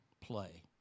play